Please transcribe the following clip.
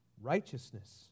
righteousness